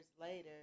later